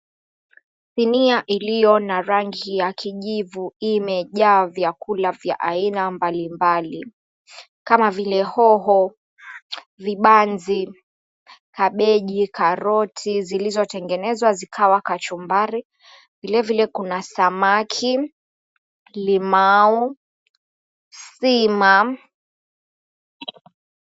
Sinia iliyo na rangi ya kijivu imejaa vyakula vya aina mbali mbali kama vile, hoho, vibanzi, kabeji, karoti zilizotengenezwa zikawa kachumbari. Vile vile kuna samaki, limau, sima.